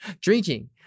drinking